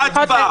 הייתה הצבעה.